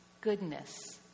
goodness